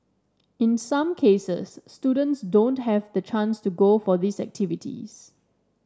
in some cases students don't have the chance to go for these activities